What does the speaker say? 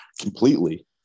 completely